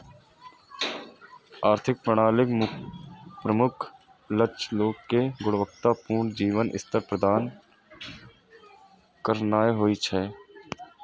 आर्थिक प्रणालीक प्रमुख लक्ष्य लोग कें गुणवत्ता पूर्ण जीवन स्तर प्रदान करनाय होइ छै